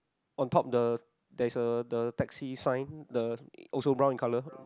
on top the there is a the taxi sign the also brown in colour